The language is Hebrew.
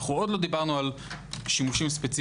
אנחנו עוד לא דיברנו על שימושים ספציפיים